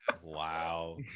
Wow